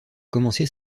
commencé